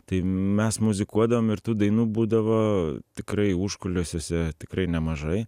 tai mes muzikuodavom ir tų dainų būdavo tikrai užkulisiuose tikrai nemažai